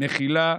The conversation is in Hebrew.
מכילה,